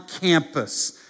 campus